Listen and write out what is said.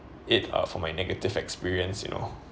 it uh for my negative experience you know